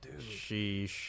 Sheesh